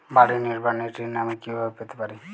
বাড়ি নির্মাণের ঋণ আমি কিভাবে পেতে পারি?